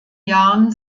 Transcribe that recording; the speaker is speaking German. jahren